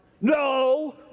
No